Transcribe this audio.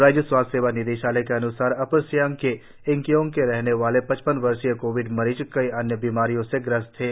राज्य स्वास्थ्य सेवा निदेशालय के अन्सार अपए सियांग के यिंकियोंग के रहने वाले पचपन वर्षीय कोविड मरीज कई और बीमारियों से ग्रस्त थे